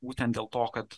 būtent dėl to kad